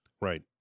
Right